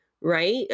right